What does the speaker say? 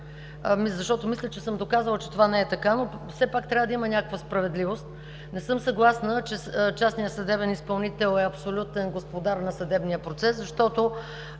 слабост. Мисля, че съм доказала, че това не е така. Все пак трябва да има някаква справедливост. Не съм съгласна, че частният съдебен изпълнител е абсолютен господар на съдебния процес, защото